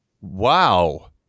Wow